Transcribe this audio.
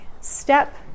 step